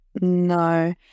No